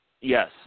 Yes